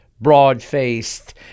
broad-faced